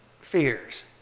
fears